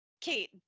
kate